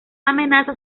amenaza